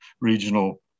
regional